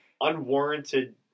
unwarranted